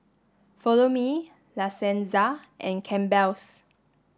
Follow Me La Senza and Campbell's